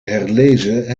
herlezen